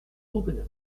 aubenas